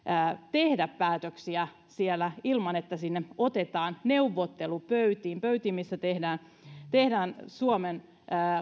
tehdä päätöksiä siellä ilman että otetaan etujärjestöjen ja viestintätoimistojen lobbareita neuvottelupöytiin pöytiin joissa tehdään suomen